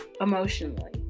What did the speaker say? emotionally